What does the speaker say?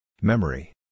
Memory